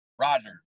Roger